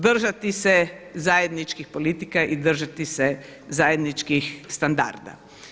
Držati se zajedničkih politika i držati se zajedničkih standarda.